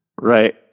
Right